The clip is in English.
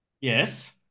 Yes